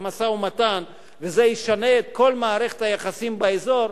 משא-ומתן וזה ישנה את כל מערכת היחסים באזור,